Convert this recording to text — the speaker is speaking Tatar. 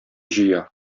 җыя